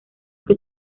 que